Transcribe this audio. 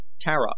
Tara